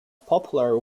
popular